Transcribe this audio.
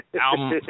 album